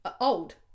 old